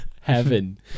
heaven